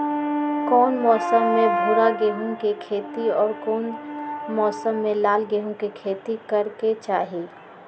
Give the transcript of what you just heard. कौन मौसम में भूरा गेहूं के खेती और कौन मौसम मे लाल गेंहू के खेती करे के चाहि?